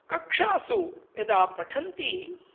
कक्षासु यदा पठन्ति